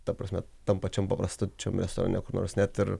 ta prasme tam pačiam paprastučiam restorane kur nors net ir